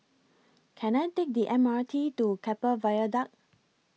Can I Take The M R T to Keppel Viaduct